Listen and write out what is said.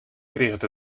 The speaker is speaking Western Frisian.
kriget